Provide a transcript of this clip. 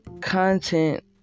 content